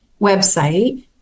website